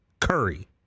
Curry